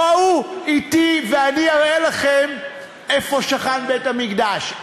בואו אתי ואני אראה לכם איפה שכן בית-המקדש,